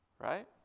Right